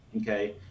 okay